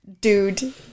dude